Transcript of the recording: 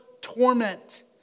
torment